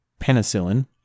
penicillin